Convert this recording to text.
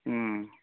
ꯎꯝ